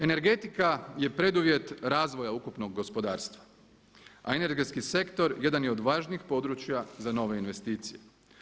Energetika je preduvjet razvoja ukupnog gospodarstva, a energetski sektor jedan je od važnijih područja za nove investicije.